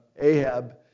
Ahab